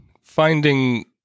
finding